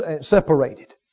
separated